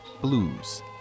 Blues